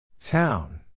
Town